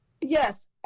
Yes